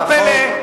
מה הפלא?